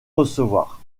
recevoir